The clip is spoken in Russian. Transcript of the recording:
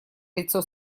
лицо